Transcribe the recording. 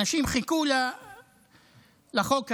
אנשים חיכו לחוק הזה.